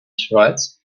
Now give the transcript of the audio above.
schweiz